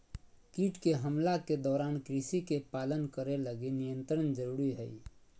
कीट के हमला के दौरान कृषि के पालन करे लगी नियंत्रण जरुरी हइ